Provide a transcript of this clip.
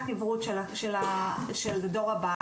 של דור הבא,